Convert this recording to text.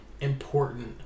important